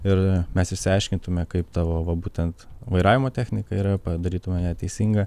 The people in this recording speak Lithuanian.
ir mes išsiaiškintume kaip tavo va būtent vairavimo technika ir padarytume ją teisinga